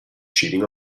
cheating